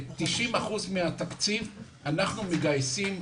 90% מהתקציב אנחנו מגייסים,